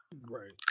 Right